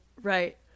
Right